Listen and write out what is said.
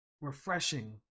refreshing